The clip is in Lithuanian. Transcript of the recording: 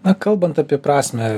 na kalbant apie prasmę